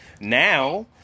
now